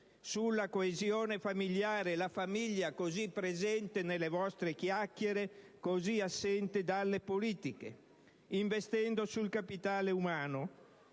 sulla coesione familiare (la famiglia, così presente nelle vostre chiacchiere e così assente dalle politiche), sul capitale umano,